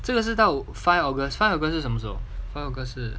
这个是到 august five five august 是什么时候 five august 是